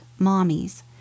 Mommies